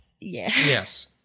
Yes